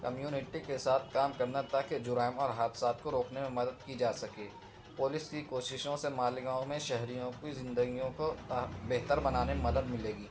community کے ساتھ کام کرنا تاکہ جرائم اور حادثات کو روکنے میں مدد کی جا سکے پولس کی کوششوں سے مالیگاؤں میں شہریوں کی زندگیوں کو بہتر بنانے میں مدد ملے گی